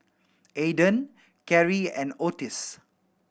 Aydan Carie and Ottis